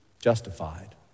justified